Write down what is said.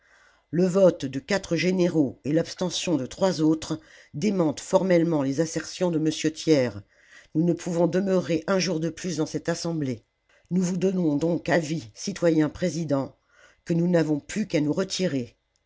le vote de quatre généraux et l'abstention de trois autres démentent formellement les assertions de m la commune thiers nous ne pouvons demeurer un jour de plus dans cette assemblée nous vous donnons donc avis citoyen président que nous n'avons plus qu'à nous retirer